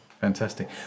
fantastic